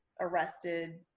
arrested